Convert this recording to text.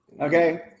Okay